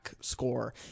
score